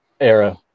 era